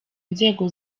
nzego